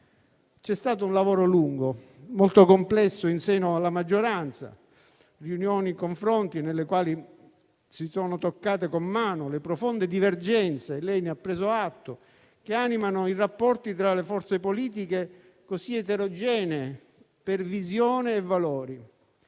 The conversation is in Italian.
C'è stato un lavoro lungo, molto complesso, in seno alla maggioranza, in riunioni e confronti nei quali si sono toccate con mano le profonde divergenze (di cui ha preso atto) che animano i rapporti tra forze politiche così eterogenee per visione e valori.